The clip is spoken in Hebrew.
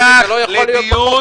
אני פותח לדיון,